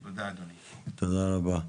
תודה רבה.